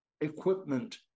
equipment